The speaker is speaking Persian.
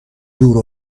دور